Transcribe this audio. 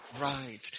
Right